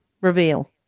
reveal